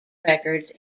records